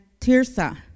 Tirsa